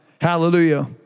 Hallelujah